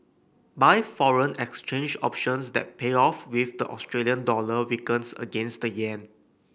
buy foreign exchange options that pay off if the Australian dollar weakens against the yen